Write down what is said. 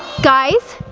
guys?